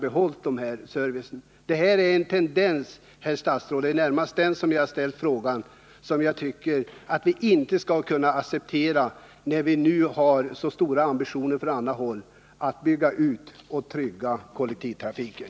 Jag har närmast ställt min fråga just därför att jag velat uppmärksamma kommunikationsministern på att vi inte skall behöva acceptera sådana tendenser, i synnerhet som vi nu har så stora ambitioner på andra håll när det gäller att bygga ut och trygga kollektivtrafiken.